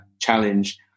challenge